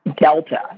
delta